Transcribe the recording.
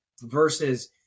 versus